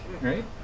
right